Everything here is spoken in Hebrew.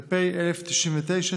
ו-פ/1099/23,